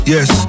Yes